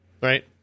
Right